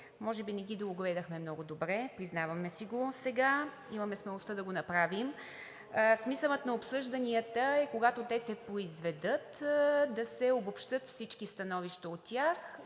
може би не ги доогледахме много добре. Признаваме си го сега. Имаме смелостта да го направим. Смисълът на обсъжданията е, когато те се произведат, да се обобщят всички становища от тях.